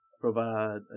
provide